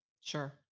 Sure